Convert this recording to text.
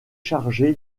chargé